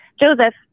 Joseph